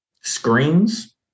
screens